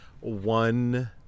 One